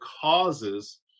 causes